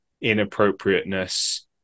inappropriateness